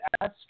ask